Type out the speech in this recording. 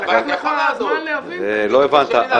אתה יכול לעזור --- לא הבנת,